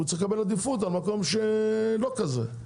הוא צריך לקבל עדיפות על מקום שלא כזה,